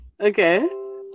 Okay